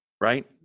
right